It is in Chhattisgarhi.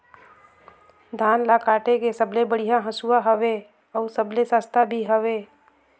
धान ल काटे के सबले बढ़िया हंसुवा हवये? अउ सबले सस्ता भी हवे?